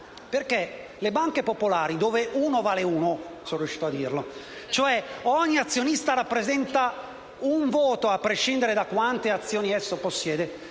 detto. Le banche popolari, dove uno vale uno (sono riuscito a dirlo), cioè dove ogni azionista rappresenta un voto, a prescindere da quante azioni possiede,